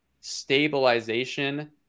stabilization